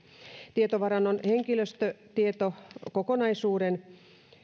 tietovarannon henkilöstötietokokonaisuuden